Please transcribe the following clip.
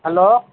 hello